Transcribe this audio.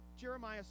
Jeremiah